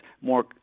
more